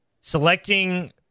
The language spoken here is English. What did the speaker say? selecting